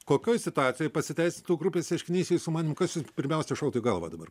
kokioj situacijoj pasiteisintų grupės ieškinys jūsų manymu kas jum pirmiausia šautų į galvą dabar